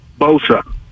Bosa